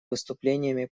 выступлениями